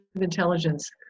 intelligence